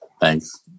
thanks